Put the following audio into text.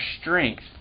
strength